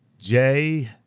jay